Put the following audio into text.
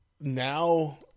Now